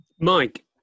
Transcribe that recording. Mike